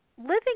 living